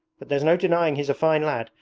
but there's no denying he's a fine lad,